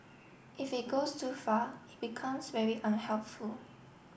if it goes too far it becomes very unhelpful